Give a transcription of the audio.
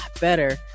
better